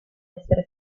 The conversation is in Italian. essere